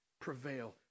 prevail